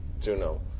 Juno